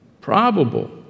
probable